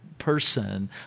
person